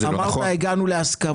אמרת שהגעתם להסכמה.